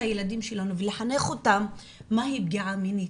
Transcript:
הילדים שלנו ולחנך אותם מהי פגיעה מינית,